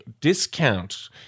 discount